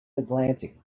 atlantic